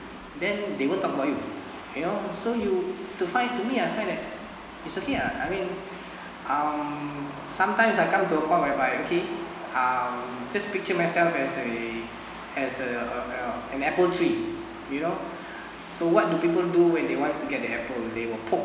then they won't talk about you you know so you to find to me uh I find that is okay uh I mean um sometimes I come to a point whereby okay um just picture myself as a as a uh uh an apple tree you know so what do people do when they want to get the apple they will poke